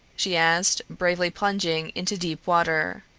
she asked, bravely plunging into deep water.